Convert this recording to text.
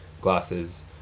glasses